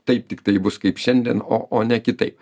taip tiktai bus kaip šiandien o o ne kitaip